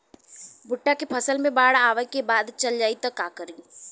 भुट्टा के फसल मे बाढ़ आवा के बाद चल जाई त का करी?